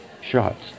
shots